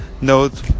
note